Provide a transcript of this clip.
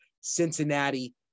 Cincinnati